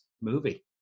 movie